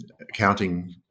accounting